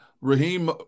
Raheem